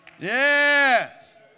Yes